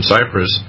Cyprus